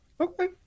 Okay